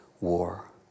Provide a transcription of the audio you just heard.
war